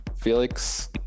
Felix